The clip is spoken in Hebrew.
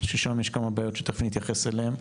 ששם יש כמה בעיות שתכף אני אתייחס אליהן.